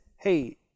hey